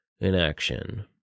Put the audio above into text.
inaction